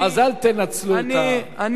אז אל תנצלו את, אדוני היושב-ראש, אני